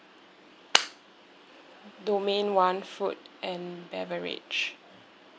domain one food and beverage